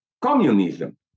communism